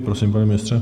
Prosím, pane ministře.